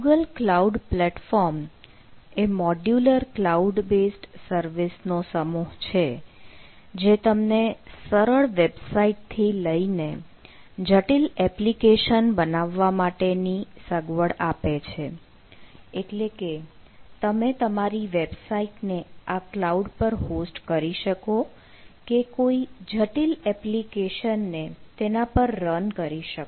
Google cloud platform એ modular cloud based service નો સમૂહ છે જે તમને સરળ વેબસાઇટથી લઈને જટિલ એપ્લિકેશન બનાવવા માટેની સગવડ આપે છે એટલે કે તમે તમારી વેબસાઈટને આ ક્લાઉડ પર હોસ્ટ કરી શકો કે કોઈ જટિલ એપ્લિકેશનને તેના પર રન કરી શકો